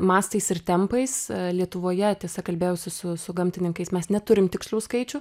mastais ir tempais lietuvoje tiesa kalbėjausi su su gamtininkais mes neturim tikslių skaičių